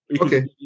Okay